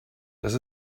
dass